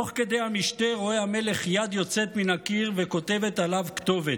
תוך כדי המשתה רואה המלך יד יוצאת מן הקיר וכותבת עליו כתובת.